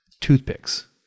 Toothpicks